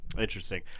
Interesting